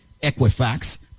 Equifax